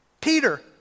Peter